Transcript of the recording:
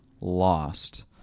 lost